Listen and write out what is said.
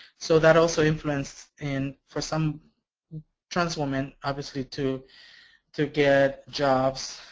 so that also influences in, for some trans women, obviously, to to get jobs.